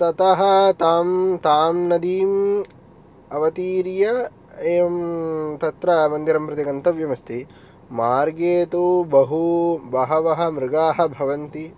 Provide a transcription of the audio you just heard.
ततः तां तां नदीम् अवतीर्य एवं तत्र मन्दिरं प्रति गन्तव्यम् अस्ति मार्गे तु बहु बहवः मृगाः भवन्ति